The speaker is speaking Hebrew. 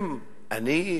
אם אני,